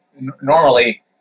normally